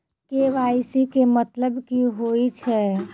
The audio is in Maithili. के.वाई.सी केँ मतलब की होइ छै?